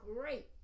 great